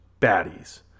baddies